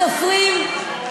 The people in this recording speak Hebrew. מה עם הסופרים?